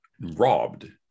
robbed